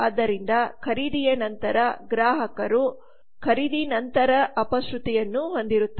ಆದ್ದರಿಂದ ಖರೀದಿಯ ನಂತರ ಗ್ರಾಹಕರು ಪೋಸ್ಟ್ ಖರೀದಿ ಅಪಶ್ರುತಿಯನ್ನು ಹೊಂದಿರುತ್ತಾರೆ